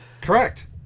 Correct